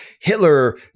Hitler